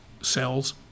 cells